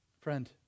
Friend